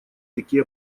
такие